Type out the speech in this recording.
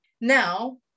Now